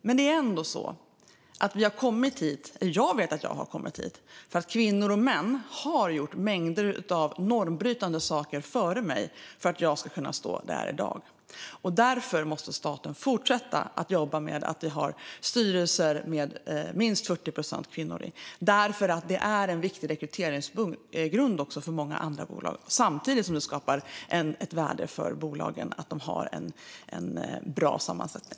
Men vi har ändå kommit dit där vi är för att kvinnor och män har gjort mängder av normbrytande saker före oss, för att vi ska kunna stå där i dag. Därför måste staten fortsätta att jobba med styrelser med minst 40 procent kvinnor. Det är också en viktig rekryteringsgrund för många andra bolag samtidigt som det skapar ett värde för bolagen att de har en bra sammansättning.